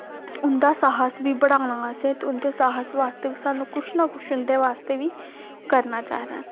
उं'दा साहस बी बढ़ाना असें ते उं'दे साहस आस्तै बी सानूं कुछ ना कुछ उं'दे आस्तै बी करना चाहिदा ऐ